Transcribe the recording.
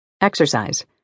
Exercise